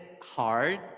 hard